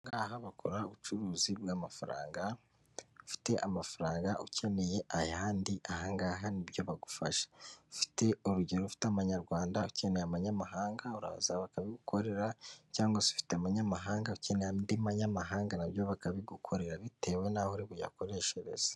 Aha ngaha bakora ubucuruzi bw'amafaranga, ufite amafaranga ukeneye ayandi, aha ngaha ni byo bagufasha. Ufite, urugero ufite Amanyarwanda, ukeneye abanyamahanga, uraza bakabigukorera cyangwa se ufite amanyamahanga ukeneye andi manyamahanga na byo bakabigukorera bitewe n'aho uri buyakoreshereze.